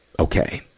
okay.